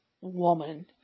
woman